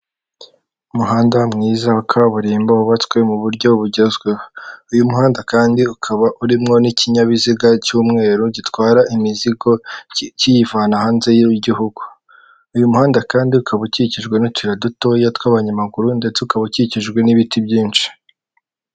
Umuhanda mwiza wa kaburimbo wubatswe mu buryo bugezweho. Uyu muhanda kandi ukaba urimo n'ikinyabiziga cy'umweru gitwara imizigo kiyivana hanze y'igihugu. Uyu muhanda kandi ukaba ukikijwe n'utuyira dutoya tw'abanyamaguru ndetse ukaba ukikijwe n'ibiti byinshi.